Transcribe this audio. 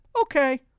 okay